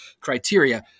criteria